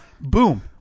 boom